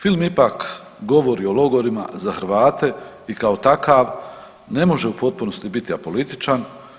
Film ipak govori o logorima za Hrvate i kao takav ne može u potpunosti biti apolitičan.